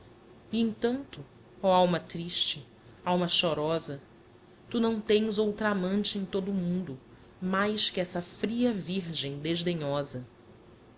emtanto oh alma triste alma chorosa tu não tens outra amante em todo o mundo mais que essa fria virgem desdenhosa